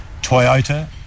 Toyota